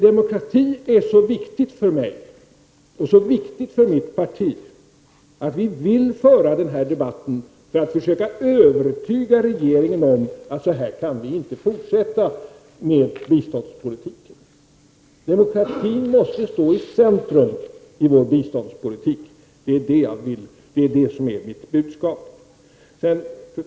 Demokratin är så viktig för mig och för mitt parti att vi vill föra den här debatten för att försöka övertyga regeringen om att vi inte kan fortsätta så här med biståndspolitiken. Demokratin måste stå i centrum. Det är det som är mitt budskap.